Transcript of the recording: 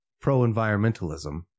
pro-environmentalism